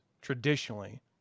traditionally